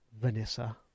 Vanessa